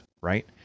right